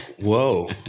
Whoa